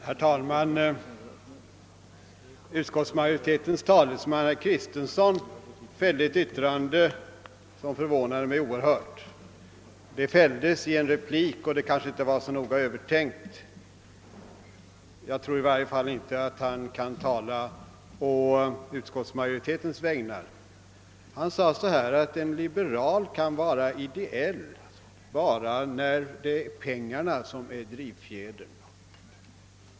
Herr talman! Utskottsmajoritetens talesman herr Kristenson fällde ett yttrande som förvånade mig oerhört. Det fälldes i en replik och var kanske inte så noga övertänkt. Jag tror i varje fall inte att han i detta avseende kan tala å utskottsmajoritetens vägnar. Herr Kristenson sade att en liberal kan vara ideell bara när det är pengar som är drivfjädern.